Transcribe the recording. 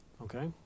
Okay